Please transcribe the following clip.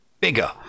bigger